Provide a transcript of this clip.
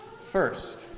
First